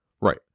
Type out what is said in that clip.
Right